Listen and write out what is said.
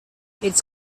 its